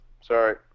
Sorry